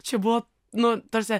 čia buvo nu ta prasme